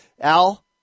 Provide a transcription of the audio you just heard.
Al